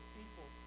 people